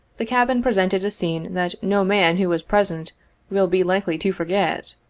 the cabin presented a scene that no man who was present will be likely to forget.